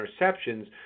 interceptions